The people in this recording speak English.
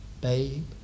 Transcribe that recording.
babe